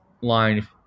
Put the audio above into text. line